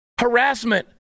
Harassment